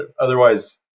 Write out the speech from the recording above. Otherwise